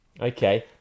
Okay